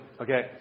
Okay